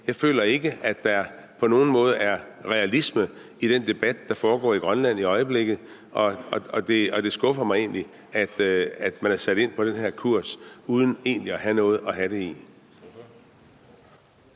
tage fejl – at der på nogen måde er realisme i den debat, der foregår i Grønland i øjeblikket, og det skuffer mig egentlig, at man har sat ind på den her kurs uden egentlig at have noget at have det i.